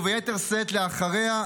וביתר שאת לאחריה,